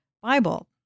Bible